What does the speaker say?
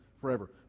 forever